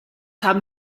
haben